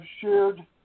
shared